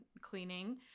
cleaning